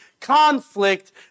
conflict